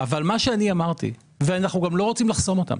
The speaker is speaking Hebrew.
אבל מה שאני אמרתי - ואנחנו גם לא רוצים לחסום אותם